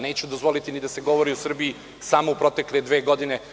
Neću dozvoliti da se govori o Srbiji samo u protekle dve godine.